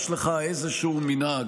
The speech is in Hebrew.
יש לך איזשהו מנהג,